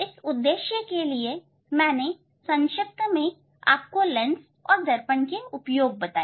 इस उद्देश्य के लिए मैंने संक्षिप्त में आपको लेंस और दर्पण के उपयोग बताएं